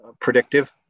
predictive